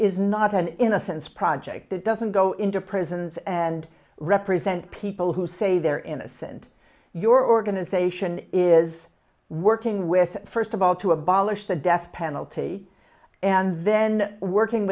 is not an innocence project that doesn't go into prisons and represent people who say they're innocent your organization is working with first of all to abolish the death penalty and then working